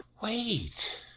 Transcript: Wait